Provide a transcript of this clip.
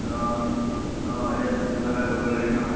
অঁ অঁ সেই ফূ্তি ফাৰ্তা কৰিব লাগে ন